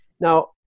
Now